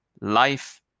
Life